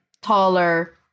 taller